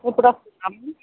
ఇప్పుడు ఆ